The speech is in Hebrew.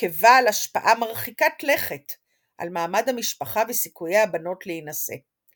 וכבעל השפעה מרחיקת לכת על מעמד המשפחה וסיכויי הבנות להינשא.